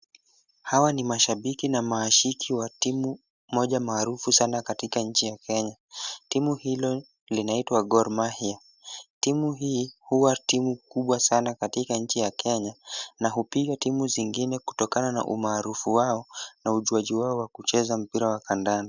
Hawa ni mashabiki na maashiki wa timu moja maarufu sana katika nchi ya Kenya. Timu hilo linaitwa Gor Mahia. Timu hii huwa timu kubwa sana katika nchi ya Kenya na hupiga timu zingine kutokana na umaarufu wao na ujuaji wao wa kucheza mpira wa kandanda.